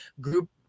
group